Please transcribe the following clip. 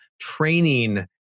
training